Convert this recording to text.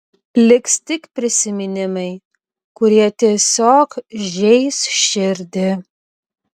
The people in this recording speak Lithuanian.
liks tik prisiminimai kurie tiesiog žeis širdį